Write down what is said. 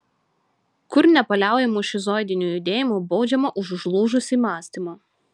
kur nepaliaujamu šizoidiniu judėjimu baudžiama už užlūžusį mąstymą